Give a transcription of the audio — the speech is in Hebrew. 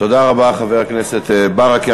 תודה רבה, חבר הכנסת ברכה.